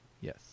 Yes